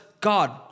God